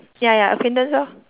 ya ya acquaintance lor